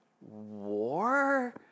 War